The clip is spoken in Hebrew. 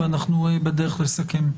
ואנחנו בדרך לסכם.